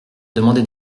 demandé